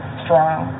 strong